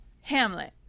Hamlet